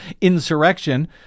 insurrection